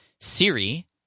Siri